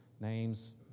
names